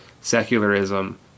secularism